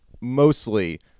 mostly